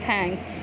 thanks